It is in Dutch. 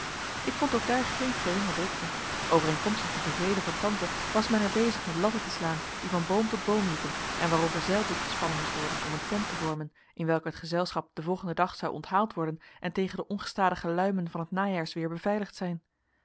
ik vond ook daar geene geringe drukte overeenkomstig de bevelen van tante was men er bezig met latten te slaan die van boom tot boom liepen en waarover zeildoek gespannen moest worden om een tent te vormen in welke het gezelschap den volgenden dag zou onthaald worden en tegen de ongestadige luimen van het najaarsweer beveiligd zijn